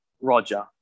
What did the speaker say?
Roger